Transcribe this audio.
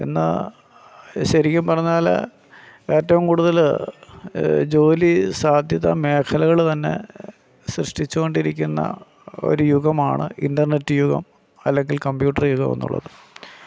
ഇന്ന് ശരിക്കും പറഞ്ഞാൽ ഏറ്റവും കൂടുതൽ ജോലി സാധ്യത മേഖലകൾ തന്നെ സൃഷ്ടിച്ചു കൊണ്ടിരിക്കുന്ന ഒരു യുഗമാണ് ഇൻ്റർനെറ്റ് യുഗം അല്ലെങ്കിൽ കമ്പ്യൂട്ടർ യുഗം എന്നുള്ളത്